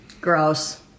Gross